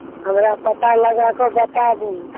हमरा पता लगा कऽ बताबू